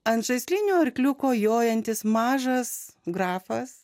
ant žaislinio arkliuko jojantis mažas grafas